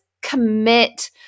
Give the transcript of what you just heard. commit